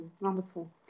Wonderful